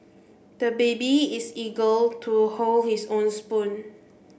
the baby is eagle to hold his own spoon